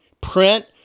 print